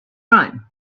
run